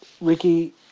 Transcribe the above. Ricky